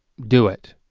do it.